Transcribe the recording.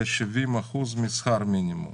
ל-70% משכר המינימום.